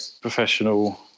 professional